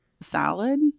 Salad